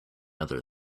other